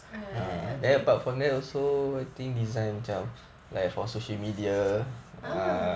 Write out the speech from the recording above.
ah